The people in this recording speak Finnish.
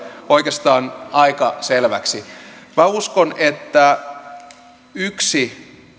oikeastaan aika selväksi minä uskon että yksi